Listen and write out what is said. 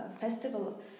festival